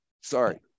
sorry